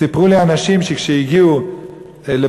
סיפרו לי אנשים שכשהגיעה לבתי-ספר,